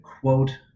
quote